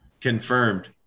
Confirmed